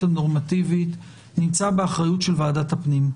הנורמטיבית נמצא באחריות של ועדת הפנים.